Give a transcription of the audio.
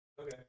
Okay